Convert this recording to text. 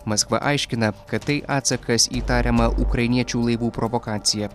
maskva aiškina kad tai atsakas į tariamą ukrainiečių laivų provokaciją